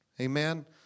Amen